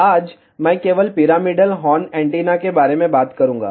आज मैं केवल पिरामिडल हॉर्न एंटीना के बारे में बात करूंगा